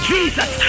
Jesus